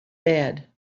bed